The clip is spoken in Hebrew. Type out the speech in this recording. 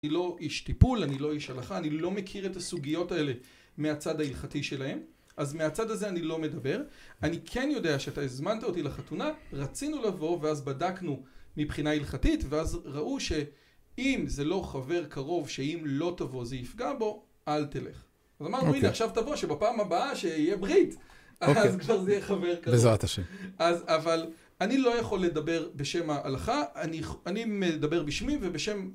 אני לא איש טיפול, אני לא איש הלכה, אני לא מכיר את הסוגיות האלה מהצד ההלכתי שלהם. אז מהצד הזה אני לא מדבר. אני כן יודע שאתה הזמנת אותי לחתונה, רצינו לבוא ואז בדקנו מבחינה הלכתית, ואז ראו ש... אם זה לא חבר קרוב שאם לא תבוא זה יפגע בו, אל תלך. אז אמרנו, הנה, עכשיו תבוא, שבפעם הבאה שיהיה ברית, אז כבר זה יהיה חבר קרוב. בעזרת השם. אז, אבל... אני לא יכול לדבר בשם ההלכה, אני מדבר בשמי ובשם...